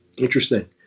Interesting